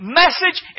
message